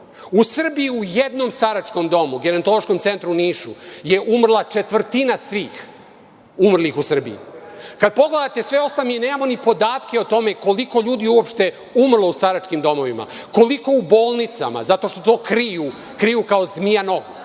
U Srbiji je u jednom staračkom domu, Gerontološkom centru u Nišu, umrla četvrtina svih umrlih u Srbiji. Kada pogledate sve ostalo, mi nemamo ni podatke o tome koliko ljudi je uopšte umrlo u staračkim domovima, koliko u bolnicama, zato što to kriju, kriju kao zmija noge,